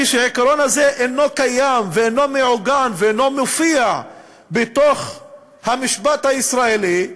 כשהעיקרון הזה אינו קיים ואינו מעוגן ואינו מופיע בתוך המשפט הישראלי,